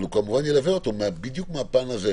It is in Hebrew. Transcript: אבל הוא כמובן ילווה אותו בדיוק מהפן הזה,